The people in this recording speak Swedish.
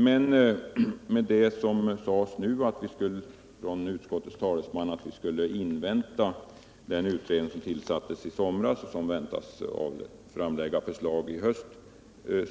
Men utskottets talesman sade nu att vi skulle invänta den utredning som tillsattes i somras, vilken väntas framlägga förslag i höst. Vi